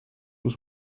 was